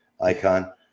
icon